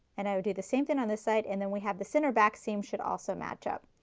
and i will do the same thing on this side and then we have the center back seam should also match up.